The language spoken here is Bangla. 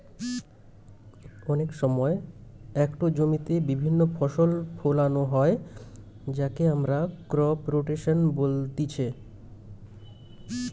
অনেক সময় একটো জমিতে বিভিন্ন ফসল ফোলানো হয় যাকে আমরা ক্রপ রোটেশন বলতিছে